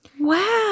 Wow